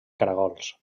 caragols